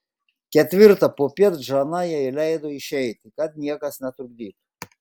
ketvirtą popiet žana jai leido išeiti kad niekas netrukdytų